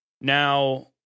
Now